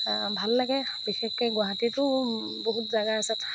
ভাল লাগে বিশেষকৈ গুৱাহাটীতো বহুত জেগা আছে